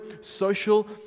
social